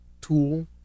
tool